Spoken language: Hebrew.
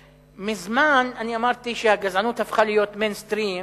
מזמן אני אמרתי שהגזענות הפכה להיות "מיינסטרים",